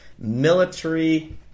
military